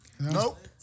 Nope